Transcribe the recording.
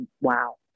wow